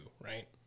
right